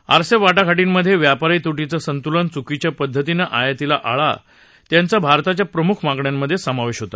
RCEP वाटाघाटीं मध्ये व्यापारी तुटीचं संतुलन चुकीच्या पद्धतीच्या आयातीला आळा यांचा भारताच्या प्रमुख मागण्यांमध्ये समावेश होता